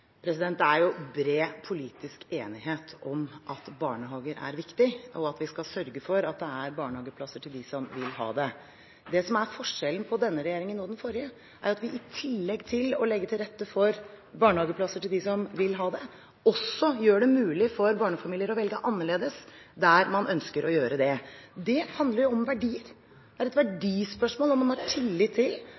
Det er bred politisk enighet om at barnehager er viktig, og at vi skal sørge for at det er barnehageplasser til dem som vil ha det. Det som er forskjellen på denne regjeringen og den forrige, er at vi i tillegg til å legge til rette for barnehageplasser til dem som vil ha det, også gjør det mulig for barnefamilier å velge annerledes der man ønsker å gjøre det. Det handler om verdier. Det er et verdispørsmål om man har tillit til